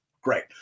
Great